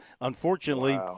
unfortunately